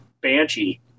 banshee